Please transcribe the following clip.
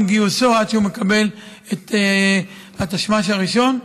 גיוסו עד שהוא מקבל את התשמ"ש הראשון.